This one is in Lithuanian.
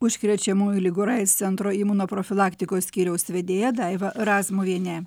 užkrečiamųjų ligų ir aids centro imunoprofilaktikos skyriaus vedėja daiva razmuvienė